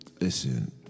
Listen